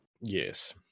Yes